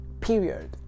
period